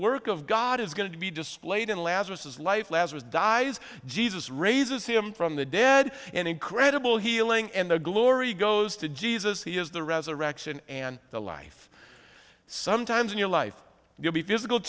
work of god is going to be displayed in lazarus his life lazarus dies jesus raises the him from the dead in incredible healing and the glory goes to jesus he is the resurrection and the life sometimes in your life will be physical